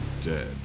dead